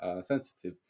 sensitive